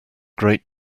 great